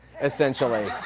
essentially